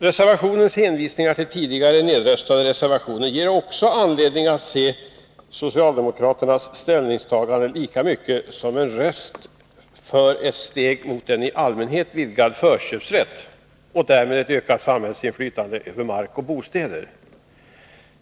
Reservationens hänvisningar till tidigare nerröstade reservationer ger också anledning att se socialdemokraternas ställningstagande lika mycket som en röst för ett steg mot en i allmänhet vidgad förköpsrätt och därmed ett ökat samhällsinflytande över mark och bostäder.